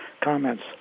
comments